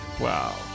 Wow